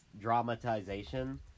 dramatization